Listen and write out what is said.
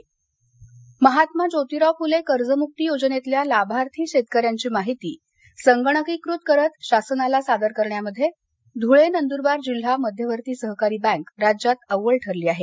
bank अव्वल धळे महात्मा जोतिराव फुले कर्जमुक्ती योजनेतल्या लाभार्थी शेतकऱ्यांची माहिती संगणकीकृत करत शासनाला सादर करण्यामध्ये धुळे नंद्रबार जिल्हा मध्यवर्ती सहकारी बँक राज्यात अव्वल ठरली आहे